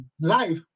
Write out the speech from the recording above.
life